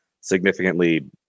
significantly